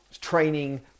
training